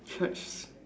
Church